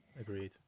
Agreed